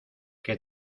que